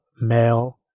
male